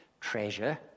treasure